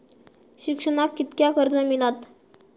शिक्षणाक कीतक्या कर्ज मिलात?